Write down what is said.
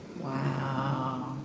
Wow